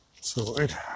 sorted